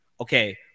Okay